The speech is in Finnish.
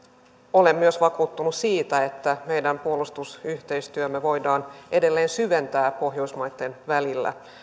olen vakuuttunut myös siitä että meidän puolustusyhteistyötämme voidaan edelleen syventää pohjoismaitten välillä